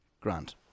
Grant